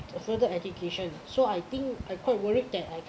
further education so I think I quite worried that